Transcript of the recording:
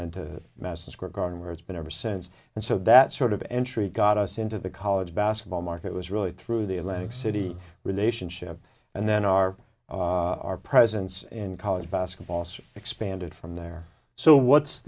then to madison square garden where it's been ever since and so that sort of entry got us into the college basketball market was really through the atlantic city relationship and then our our presence in college basketball expanded from there so what's